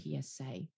psa